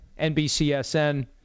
NBCSN